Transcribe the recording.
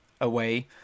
away